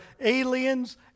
aliens